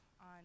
on